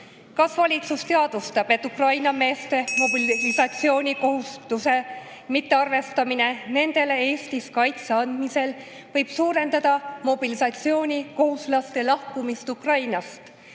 Kas valitsus teadvustab, et Ukraina meeste mobilisatsioonikohustuse mittearvestamine nendele Eestis kaitse andmisel võib suurendada mobilisatsioonikohustuslaste lahkumist Ukrainast?